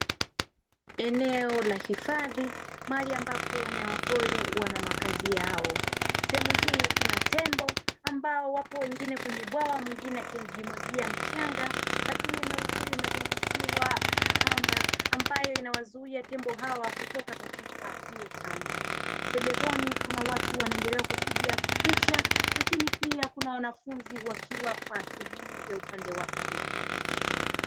Eneo la hifadhi mahali ambapo wanyama pori ni makazi yao sehemu hii kuna tembo ambao wapo kwenye bwawa na wengine wakijimwagia mchanga, lakini eneo hili limezungushiwa kamba ambayo inawazuia tembo hawa kutoka katika hiyo kamba. Pembezoni kuna watu wanaendelea kupiga picha lakini pia kunawanafunzi sehemu ya upande wa pili.